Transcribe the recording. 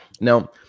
now